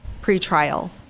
pre-trial